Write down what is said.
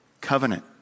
covenant